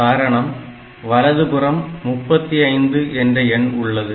காரணம் வலதுபுறம் 35 என்ற எண் உள்ளது